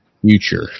future